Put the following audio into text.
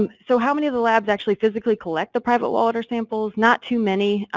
um so how many of the labs actually physically collect the private water samples? not too many.